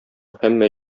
һәммә